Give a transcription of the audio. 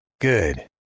Good